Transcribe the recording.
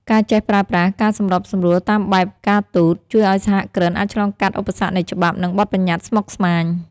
ការចេះប្រើប្រាស់ "ការសម្របសម្រួលតាមបែបការទូត" ជួយឱ្យសហគ្រិនអាចឆ្លងកាត់ឧបសគ្គនៃច្បាប់ និងបទបញ្ញត្តិស្មុគស្មាញ។